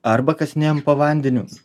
arba kasinėjam po vandeniu